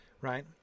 right